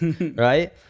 right